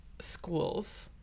schools